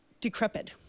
decrepit